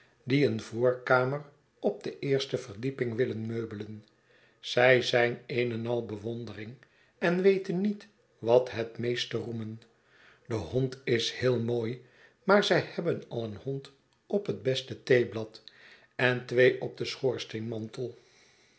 die een voorkamer op de eerste verdieping willen meubelen zij zijn eenenal bewondering en weten niet wat het meestte roemen de hond is heel mooi maar zij hebben al een hond op het beste theeblad en twee op den